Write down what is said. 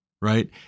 right